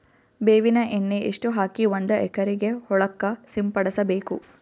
ಬೇವಿನ ಎಣ್ಣೆ ಎಷ್ಟು ಹಾಕಿ ಒಂದ ಎಕರೆಗೆ ಹೊಳಕ್ಕ ಸಿಂಪಡಸಬೇಕು?